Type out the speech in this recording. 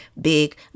big